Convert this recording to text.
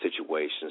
situations